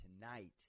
tonight